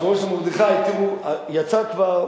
למרדכי: תראו, יצא כבר,